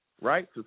right